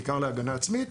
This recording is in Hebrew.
בעיקר להגנה עצמית,